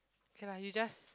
okay lah you just